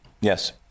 Yes